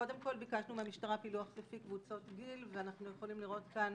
קודם כל ביקשנו מהמשטרה פילוח לפי קבוצות גיל ואנחנו יכולים לראות כאן